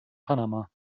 panama